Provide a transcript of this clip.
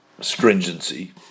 stringency